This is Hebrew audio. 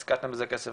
אם השקעתם בזה כסף,